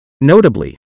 Notably